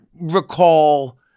recall